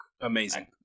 amazing